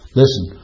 listen